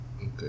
okay